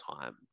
time